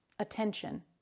attention